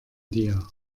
dir